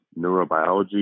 neurobiology